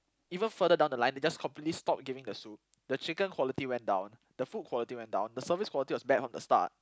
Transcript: even further down the line they just completely stopped giving the soup the chicken quality went down the food quality went down the service quality was bad from the start